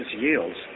yields